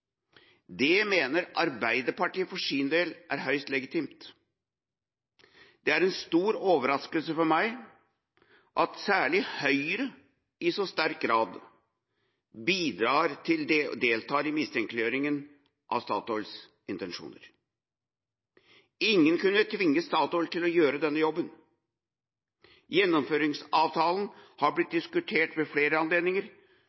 Det mener Arbeiderpartiet for sin del er høyst legitimt. Det er en stor overraskelse for meg at særlig Høyre i så sterk grad deltar i mistenkeliggjøringa av Statoils intensjoner. Ingen kunne tvinge Statoil til å gjøre denne jobben. Gjennomføringsavtalen har blitt diskutert ved flere anledninger,